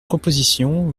proposition